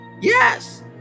Yes